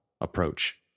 approach